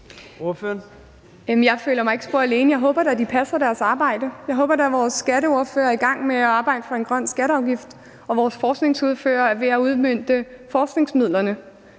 Jeg føler mig ikke spor alene. Jeg håber da, de passer deres arbejde. Jeg håber da, vores skatteordførere er i gang med at arbejde for en grøn skatteafgift, og at vores forskningsordførere er ved at udmønte forskningsmidlerne